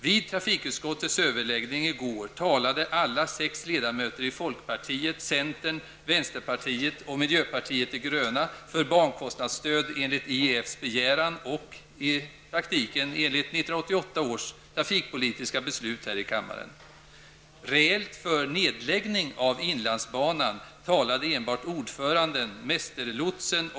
Vid trafikutskottets överläggning i går talade alla sex ledamöter i folkpartiet, centern, vänsterpartiet och miljöpartiet de gröna för bankostnadsstöd enligt IEFs begäran och 1988 års trafikpolitiska beslut i kammaren.